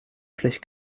schlecht